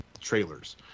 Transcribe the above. trailers